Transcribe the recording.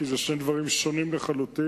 כי אלה שני דברים שונים לחלוטין.